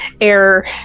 air